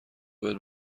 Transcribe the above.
باید